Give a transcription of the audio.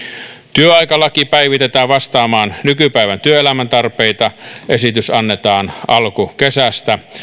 työaikalaki päivitetään vastaamaan nykypäivän työelämän tarpeita esitys annetaan alkukesästä